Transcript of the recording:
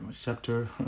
chapter